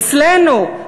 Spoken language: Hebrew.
אצלנו,